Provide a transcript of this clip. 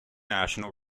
national